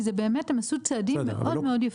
כי זה באמת, הם עשו צעדים מאוד מאוד יפים.